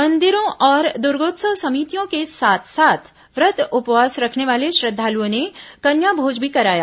मंदिरों और दुर्गोत्सव समितियों के साथ साथ व्रत उपवास रखने वाले श्रद्वालुओं ने कन्याभोज भी कराया